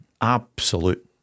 absolute